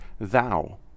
thou